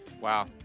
Wow